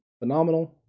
phenomenal